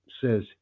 says